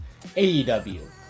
AEW